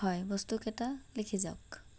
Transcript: হয় বস্তুকেইটা লিখি যাওক